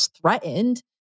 threatened